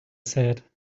said